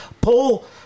Paul